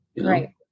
Right